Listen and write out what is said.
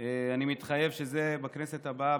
אני מתחייב שבכנסת הבאה,